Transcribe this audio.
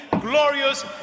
glorious